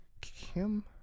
Kim